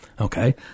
Okay